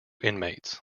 inmates